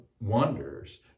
wonders